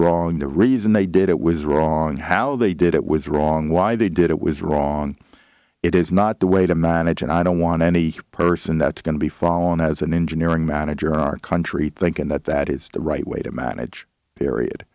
wrong the reason they did it was wrong how they did it was wrong why they did it was wrong it is not the way to manage and i don't want any person that's going to be following as an engineering manager our country thinking that that is the right way to manage period